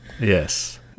Yes